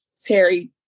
Terry